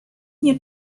nie